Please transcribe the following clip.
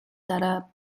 дараа